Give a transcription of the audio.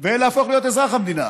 ולהפוך להיות אזרח המדינה.